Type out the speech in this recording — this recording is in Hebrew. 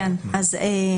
קודם כל,